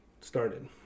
Started